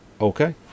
okay